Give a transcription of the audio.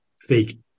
fake